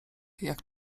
jak